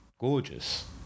gorgeous